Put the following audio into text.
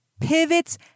Pivots